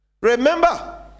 Remember